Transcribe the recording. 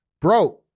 bro